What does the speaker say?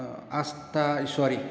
आस्था इसवारी